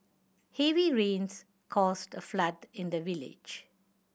heavy rains caused flood in the village